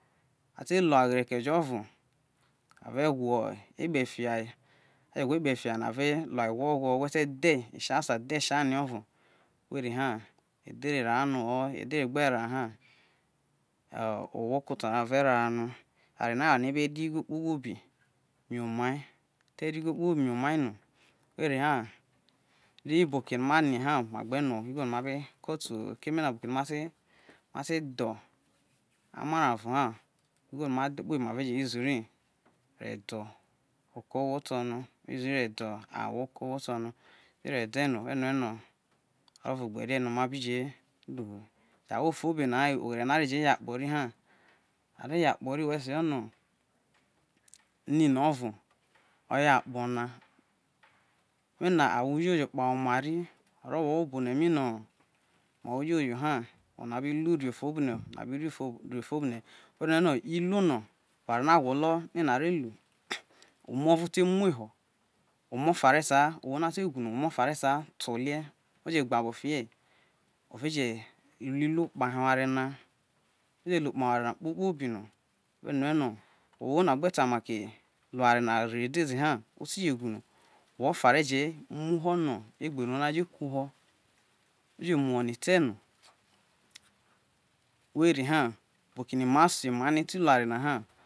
Te wa oghene ke jo̱ o̱vo are we̱ ekpe̱ fia a je̱ we̱ ekpe̱ fia are lua igwo gwo we̱ ta dhe̱ e isi asa dhie̱ e arie ore we rue̱ he edhere rana no o̱ edhere gbe ra na na owo̱ oko̱ oto ra re ha no̱, eware no̱ no eware no̱ ebe re igho kpokpobi mi omai, ete re igho kpo bi mi omai no we ri ha ri bo oku no ma rie ma be rue ema mo ugho no ma be ko tu uwo ho keme na bo oke no ma te dho amara oro na igho no noma dhe kpobi ma re je usi yi ro de̱ o oko owo to̱ orie, use̱ ye ro de awo oko̱ owo to no ewete re ye ro de̱ na were me no ovo gbe rie no̱ ma be je yo akpo ri ha are yo akpo ri wo se jo̱ ni ne o̱ro ni ne oro a are ye akpo na muho no egb no ihio ne je ku ho. Oje mu ho ne ete̱ no, weri ho bo oke no ima so ima ne ati lu eware na ha.